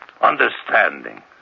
Understanding